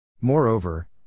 Moreover